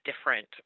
different